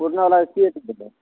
पुरना बलाके की रेट देबै